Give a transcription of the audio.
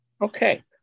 Okay